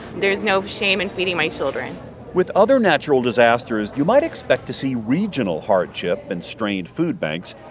there is no shame in feeding my children with other natural disasters, you might expect to see regional hardship and strained food banks,